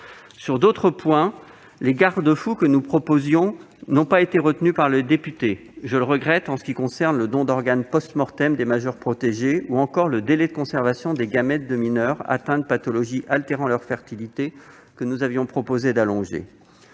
Sur d'autres points, les garde-fous que la commission spéciale a proposés n'ont pas été retenus par les députés : je le regrette en ce qui concerne le don d'organes des majeurs protégés ou encore le délai de conservation des gamètes de mineurs atteints de pathologie altérant leur fertilité, qu'elle avait proposé d'allonger.